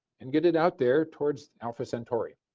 and get it out there towards alpha senatorry,